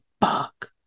fuck